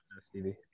Stevie